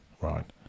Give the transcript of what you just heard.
right